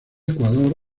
ecuador